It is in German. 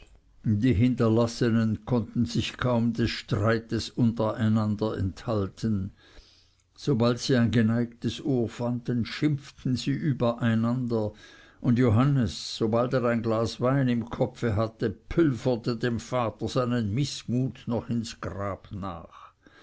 die hinterlassenen konnten sich kaum des streites unter einander enthalten sobald sie ein geneigtes ohr fanden schimpften sie über einander und johannes sobald er ein glas wein im kopfe hatte pülverte dem vater seinen mißmut noch ins grab nach